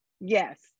Yes